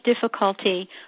difficulty